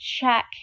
check